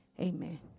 Amen